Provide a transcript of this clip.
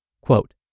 Quote